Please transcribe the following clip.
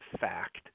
fact